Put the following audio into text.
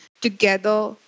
together